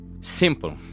Simple